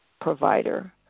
provider